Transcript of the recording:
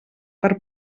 per